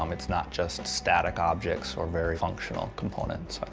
um it's not just static objects or very functional components.